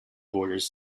borders